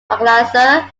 organiser